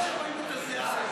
ממש רואים את הזיעה.